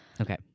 Okay